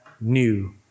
new